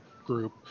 group